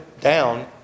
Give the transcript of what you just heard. down